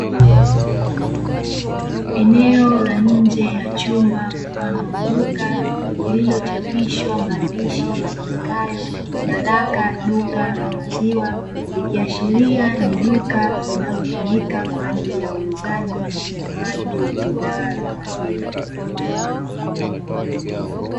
Eneo la nje ya chumba mfano wa duka lililochapishwa maandishi yasomekayo baraka duka la maziwa, ikiashiria ni duka linalotumika kwa ajili ya uuzaji na ununuaji wa bidhaa za maziwa.